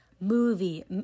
movie